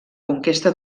conquesta